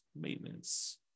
Maintenance